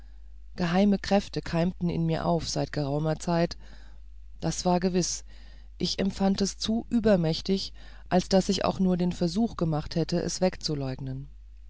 geheime kräfte keimten in mir auf seit geraumer zeit das war gewiß ich empfand es zu übermächtig als daß ich auch nur den versuch gemacht hätte es wegzuleugnen